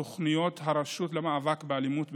תוכניות הרשות למאבק באלימות,